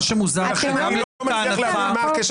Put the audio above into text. אתה לא מבין את המקום